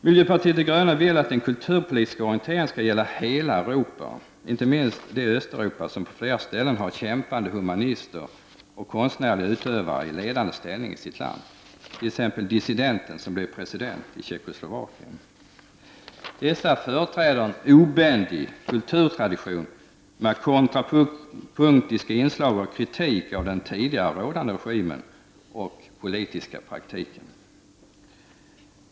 Miljöpartiet de gröna vill att den kulturpolitiska orienteringen skall gälla hela Europa, inte minst det Östeuropa som på flera ställen har kämpande humanister och konstnärliga utövare i ledande ställning i landet, t.ex. dissidenten som blev president i Tjeckoslovakien. Dessa företräder en obändig kulturtradition med kontrapunktiska inslag av kritik av den tidigare rådande regimen och politiska praktiken.